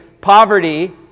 poverty